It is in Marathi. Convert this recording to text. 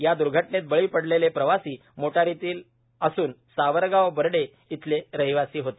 या द्र्घटनेत बळी पडलेले प्रवासी मोटारीतील असून सावरगाव बर्डे इथले रहिवासी होते